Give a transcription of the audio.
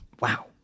wow